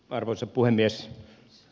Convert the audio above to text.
arvoisa puhemies